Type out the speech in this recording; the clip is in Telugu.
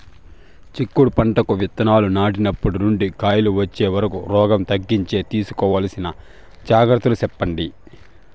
చిక్కుడు పంటకు విత్తనాలు నాటినప్పటి నుండి కాయలు వచ్చే వరకు రోగం తగ్గించేకి తీసుకోవాల్సిన జాగ్రత్తలు చెప్పండి?